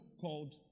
called